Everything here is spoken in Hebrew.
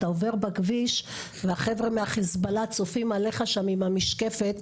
אתה עובר בכביש והחברה מהחיזבאללה צופים עליך שם עם המשקפת,